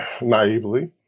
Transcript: naively